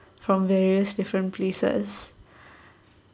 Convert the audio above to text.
from various different places